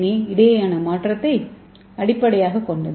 ஏ இடையேயான மாற்றத்தை அடிப்படையாகக் கொண்டது